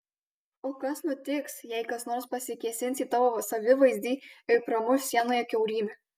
o kas nutiks jei kas nors pasikėsins į tavo savivaizdį ir pramuš sienoje kiaurymę